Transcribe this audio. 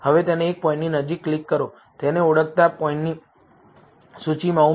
હવે તેને એક પોઇન્ટની નજીક ક્લિક કરો તેને ઓળખાતા પોઇન્ટની સૂચિમાં ઉમેરો